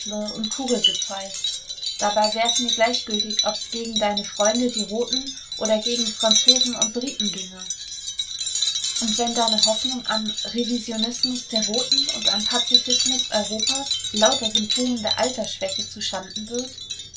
und kugelgepfeif dabei wär's mir gleichgültig ob's gegen deine freunde die roten oder gegen franzosen und briten ginge und wenn deine hoffnung am revisionismus der roten und am pazifismus europas lauter symptomen der altersschwäche zuschanden wird